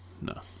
No